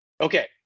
Okay